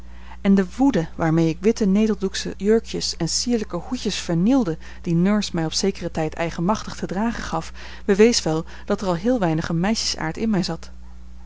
en de woede waarmee ik witte neteldoeksche jurkjes en sierlijke hoedjes vernielde die nurse mij op zekeren tijd eigenmachtig te dragen gaf bewees wel dat er al heel weinig een meisjesaard in mij zat